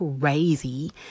crazy